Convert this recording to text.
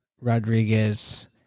Rodriguez